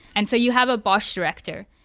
and so you have a bosh director.